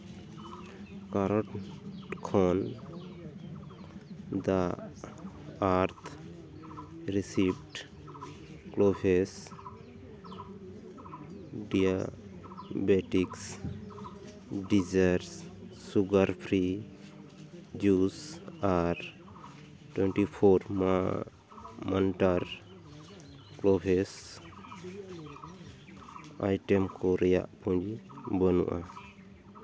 carrot ᱠᱷᱚᱱ ᱫᱟ ᱟᱨᱛᱷ ᱨᱮᱥᱤᱵᱷᱴ cloves diabetics desserts sugar free juice ᱟᱨ ᱴᱩᱭᱮᱱᱴᱤ ᱯᱷᱳᱨᱢᱟ ᱢᱟᱱᱴᱟᱨ ᱠᱞᱳᱵᱷᱮᱥ ᱟᱭᱴᱮᱢ ᱠᱚ ᱨᱮᱭᱟᱜ ᱯᱩᱸᱡᱤ ᱵᱟᱹᱱᱩᱜᱼᱟ